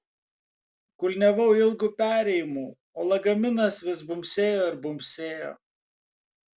kulniavau ilgu perėjimu o lagaminas vis bumbsėjo ir bumbsėjo